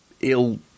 ill